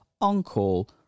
on-call